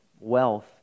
wealth